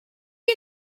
you